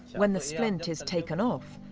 when the splint is taken off,